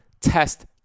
Test